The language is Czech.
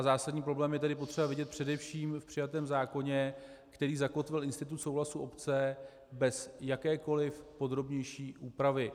Zásadní problém je tedy potřeba vidět především v přijatém zákoně, který zakotvil institut souhlasu obce bez jakékoli podrobnější úpravy.